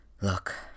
Look